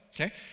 Okay